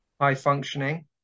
high-functioning